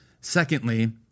Secondly